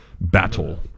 battle